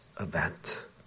event